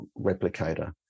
replicator